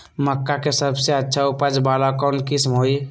मक्का के सबसे अच्छा उपज वाला कौन किस्म होई?